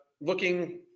looking